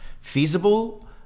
feasible